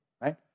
right